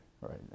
right